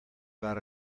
got